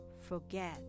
forget